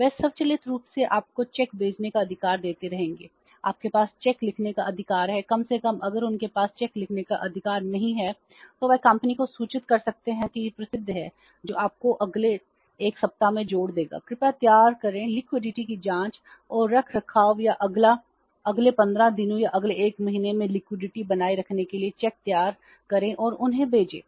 वे स्वचालित रूप से आपको चेक भेजने का अधिकार देते रहेंगे आपके पास चेक लिखने का अधिकार है कम से कम अगर उनके पास चेक लिखने का अधिकार नहीं है तो वे कंपनी को सूचित कर सकते हैं कि यह प्रसिद्ध है जो आपको अगले एक सप्ताह में जोड़ देगा कृपया तैयार करें लिक्विडिटी बनाए रखने के लिए चेक तैयार करें और उन्हें भेजें